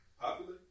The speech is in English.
Popular